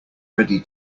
ready